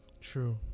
true